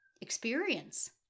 experience